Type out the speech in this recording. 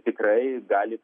tikrai gali